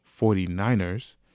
49ers